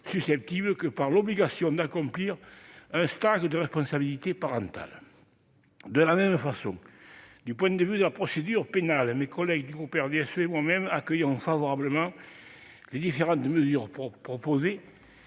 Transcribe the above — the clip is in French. autant que pour l'obligation d'accomplir un stage de responsabilité parentale. De même, s'agissant de la procédure pénale, mes collègues du groupe du RDSE et moi-même accueillons favorablement les différentes mesures proposées,